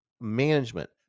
management